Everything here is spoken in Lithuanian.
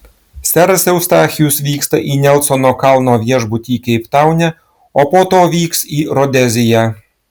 seras eustachijus vyksta į nelsono kalno viešbutį keiptaune o po to vyks į rodeziją